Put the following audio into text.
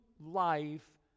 life